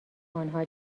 انها